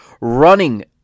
running